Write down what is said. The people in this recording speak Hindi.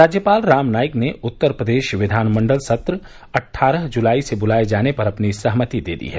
राज्यपाल राम नाईक ने उत्तर प्रदेश विधानमंडल सत्र अट्ठारह जुलाई से बुलाये जाने पर अपनी सहमति दे दी है